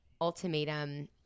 ultimatum